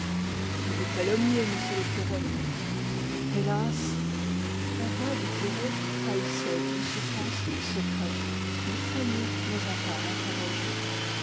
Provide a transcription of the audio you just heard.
vous vous calomniez monsieur le curé hélas la voix du curé trahissait une souffrance secrète mais fanny n'osa pas l'interroger